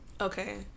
Okay